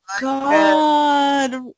god